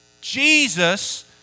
Jesus